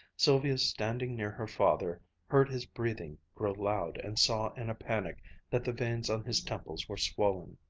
sylvia standing near her father heard his breathing grow loud and saw in a panic that the veins on his temples were swollen.